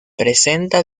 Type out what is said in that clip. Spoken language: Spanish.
presenta